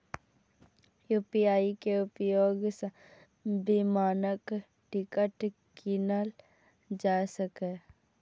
UPI के उपयोग सं विमानक टिकट कीनल जा सकैए